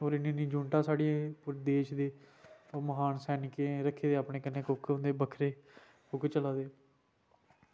होर इन्नी इन्नी दूर दा साढ़े देश दे महान सैनिकें होंदे रक्खे दे होंदे कुक बक्खरे कुक चला दे